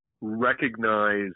recognize